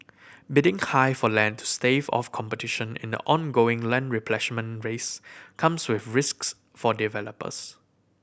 bidding high for land to stave off competition in the ongoing land replenishment race comes with risks for developers